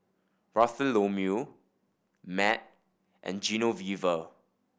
Bartholomew Matt and Genoveva